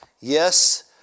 yes